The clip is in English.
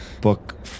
book